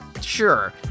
sure